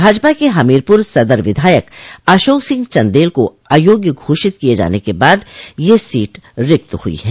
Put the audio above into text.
भाजपा के हमीरपुर सदर विधायक अशोक सिंह चन्देल को अयोग्य घोषित किये जाने के बाद यह सीट रिक्त हुई है